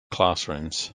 classrooms